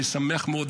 אני שמח מאוד,